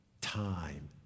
time